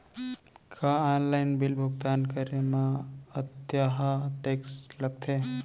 का online bill भुगतान करे मा अक्तहा टेक्स लगथे?